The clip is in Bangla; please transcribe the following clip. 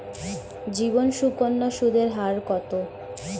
জীবন সুকন্যা সুদের হার কত?